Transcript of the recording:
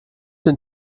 den